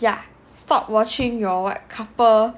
ya stop watching your what couple